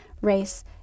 race